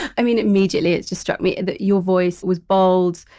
i mean immediately it just struck me that your voice was bolds,